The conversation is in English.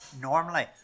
normally